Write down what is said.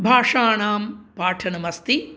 भाषाणां पाठनमस्ति